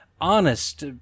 honest